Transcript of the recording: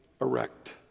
erect